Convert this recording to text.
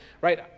right